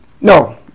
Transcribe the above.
no